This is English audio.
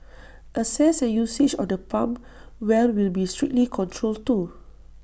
access and usage of the pump well will be strictly controlled too